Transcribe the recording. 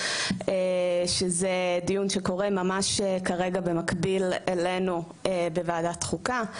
שזה דיון שקורה ממש כרגע במקביל אלינו בוועדת חוקה.